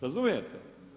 Razumijete?